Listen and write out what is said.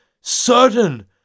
certain